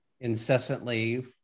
incessantly